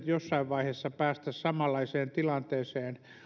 jossain vaiheessa päästäisiin samanlaiseen tilanteeseen